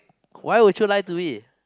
why would you lie to me